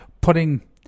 putting